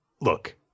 Look